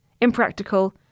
impractical